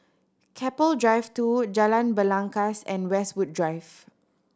Keppel Drive Two Jalan Belangkas and Westwood Drive